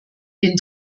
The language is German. den